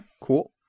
cool